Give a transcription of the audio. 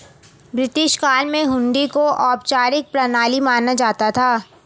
British काल में हुंडी को औपचारिक प्रणाली माना जाता था